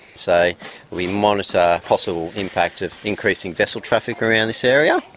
so we monitor possible impact of increasing vessel traffic around this area.